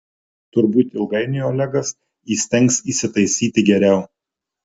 turbūt ilgainiui olegas įstengs įsitaisyti geriau